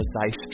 precise